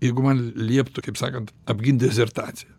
jeigu man lieptų kaip sakant apgint disertaciją